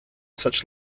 such